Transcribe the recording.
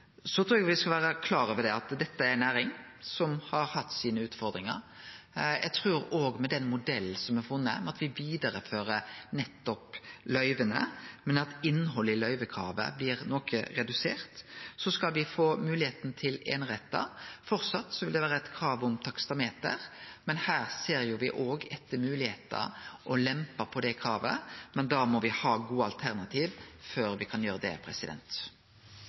Eg trur me skal vere klar over at dette er ei næring som har hatt sine utfordringar, men med den modellen me har funne, vidarefører me nettopp løyva, men innhaldet i løyvekravet blir noko redusert, og me skal få moglegheita til einerettar. Framleis vil det vere krav om taksameter. Her ser me òg etter moglegheiter for å lempe på det kravet, men då må me ha gode alternativ før me kan gjere det.